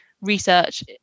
research